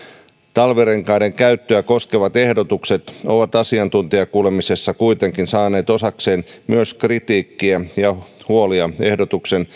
talvirenkaiden käyttöä koskevat ehdotukset ovat asiantuntijakuulemisessa kuitenkin saaneet osakseen myös kritiikkiä ja huolia ehdotuksen